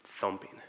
thumping